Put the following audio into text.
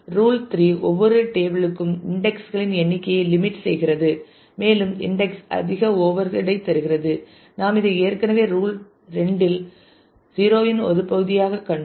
rule 3 ஒவ்வொரு table க்கும் இன்டெக்ஸ்களின் எண்ணிக்கையை லிமிட் செய்கிறது மேலும் இன்டெக்ஸ் அதிக ஓவர் ஹெட் ஐ தருகிறது நாம் இதை ஏற்கனவே ரூல் 2 ரூல் 0 இன் ஒரு பகுதியாகக் கண்டோம்